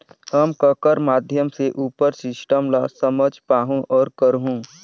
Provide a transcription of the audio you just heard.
हम ककर माध्यम से उपर सिस्टम ला समझ पाहुं और करहूं?